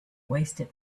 wasted